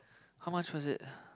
how much was it